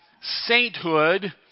sainthood